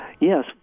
Yes